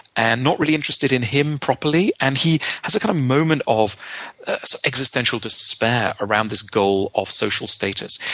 and not really interested in him properly. and he has a kind of moment of existential despair around this goal of social status.